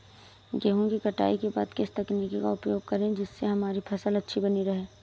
गेहूँ की कटाई के बाद किस तकनीक का उपयोग करें जिससे हमारी फसल अच्छी बनी रहे?